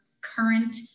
current